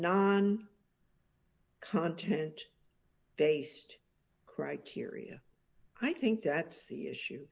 pon content based criteria i think that the issue